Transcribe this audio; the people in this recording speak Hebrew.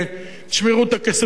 תשמרו את הכסף בפנים,